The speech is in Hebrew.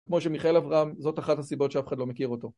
כמו שמיכאל אברהם, זאת אחת הסיבות שאף אחד לא מכיר אותו